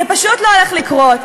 זה פשוט לא הולך לקרות,